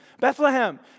Bethlehem